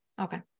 okay